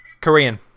Korean